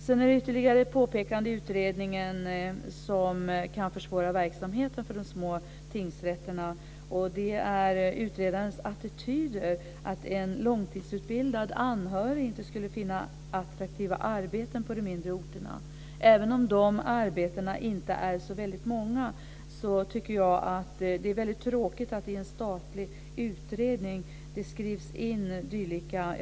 Sedan är det ytterligare ett påpekande i utredningen som kan försvåra verksamheten för de små tingsrätterna. Det är utredarens attityder att en långtidsutbildad anhörig inte skulle finna attraktiva arbeten på de mindre orterna. Även om de arbetena inte är så många tycker jag att det är tråkigt att det i en statlig utredning skrivs in dylika påståenden.